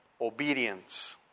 Obedience